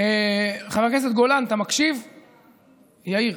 חבר כנסת גולן, אתה מקשיב, יאיר?